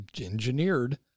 engineered